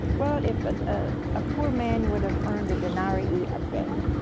well, if but a a poor man would have earned a denarii a a day.